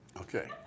Okay